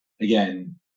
again